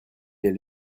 elle